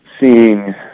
seeing